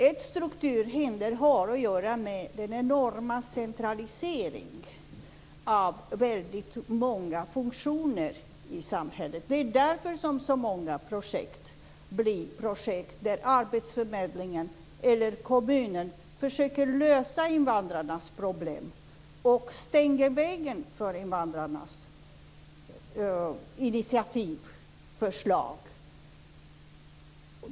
Ett strukturhinder har att göra med den enorma centraliseringen av väldigt många funktioner i samhället. Det är därför som vi har så många projekt där arbetsförmedlingen eller kommunen försöker lösa invandrarnas problem och stänger vägen för invandrarnas initiativ och förslag.